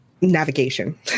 navigation